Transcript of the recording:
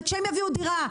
וכשהם יביאו דירה,